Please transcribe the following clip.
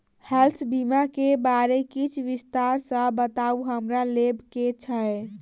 Health बीमा केँ बारे किछ विस्तार सऽ बताउ हमरा लेबऽ केँ छयः?